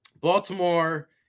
Baltimore